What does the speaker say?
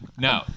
No